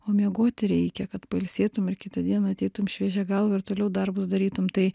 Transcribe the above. o miegoti reikia kad pailsėtum ir kitą dieną ateitum šviežia galva ir toliau darbus darytum tai